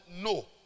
no